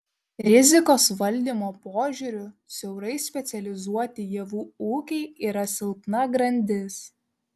rizikos valdymo požiūriu siaurai specializuoti javų ūkiai yra silpna grandis